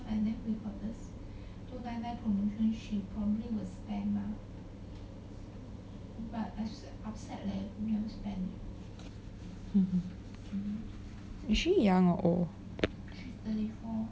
hmm is she young or old